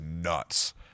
nuts